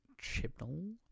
Chibnall